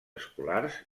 escolars